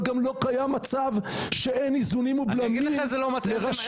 אבל גם לא קיים מצב שאין איזונים ובלמים לרשויות.